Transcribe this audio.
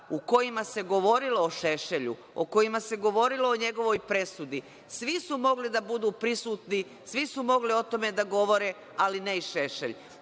u kojima se govorilo o Šešelju, u kojima se govorilo o njegovoj presudi, svi su mogli da budu prisutni, svi su mogli o tome da govore, ali ne i Šešelj.